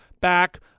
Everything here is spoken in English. back